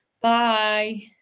Bye